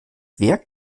wer